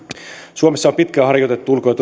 suomessa on pitkään harjoitettu ulko ja